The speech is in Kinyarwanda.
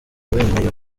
wemeye